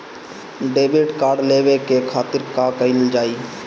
Debit card लेवे के खातिर का कइल जाइ?